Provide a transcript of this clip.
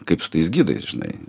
kaip su tais gidais žinai